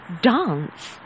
dance